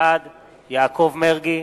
בעד יעקב מרגי,